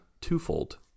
twofold